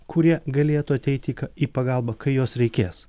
kurie galėtų ateiti į pagalbą kai jos reikės